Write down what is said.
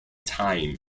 time